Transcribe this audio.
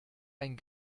ein